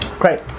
Great